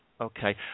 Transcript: okay